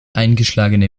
eingeschlagene